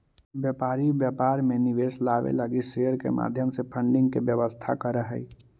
व्यापारी व्यापार में निवेश लावे लगी शेयर के माध्यम से फंडिंग के व्यवस्था करऽ हई